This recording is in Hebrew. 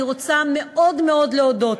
אני רוצה מאוד מאוד להודות לך,